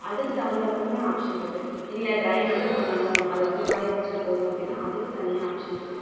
அதுக்கு தகுந்தாப்லனா ஆப்ஷனிருக்கு இல்லை ட்ரை மட்டும் பண்ணணும் அதை வந்து காய வெச்சா போதும் அப்படினா அதுக்கு தனியாக ஆப்ஷன் இருக்குது